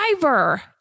driver